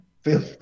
feel